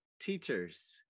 teachers